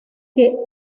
que